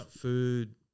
food